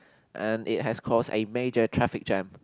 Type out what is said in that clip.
and it has caused a major traffic jam